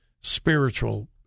spiritual